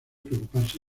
preocuparse